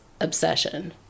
obsession